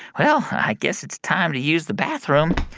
well, i guess it's time to use the bathroom